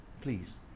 please